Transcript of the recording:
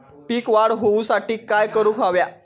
पीक वाढ होऊसाठी काय करूक हव्या?